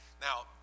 Now